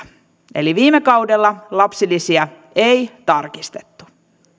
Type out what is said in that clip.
eli viime kaudella lapsilisiä ei tarkistettu